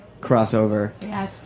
crossover